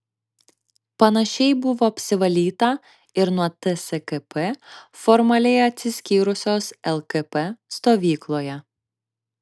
panašiai buvo apsivalyta ir nuo tskp formaliai atsiskyrusios lkp stovykloje